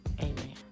amen